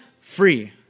free